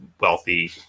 wealthy